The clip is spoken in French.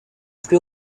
plus